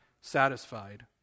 satisfied